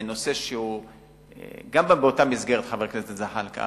נושא שגם הוא באותה מסגרת, חבר הכנסת זחאלקה,